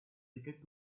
repeated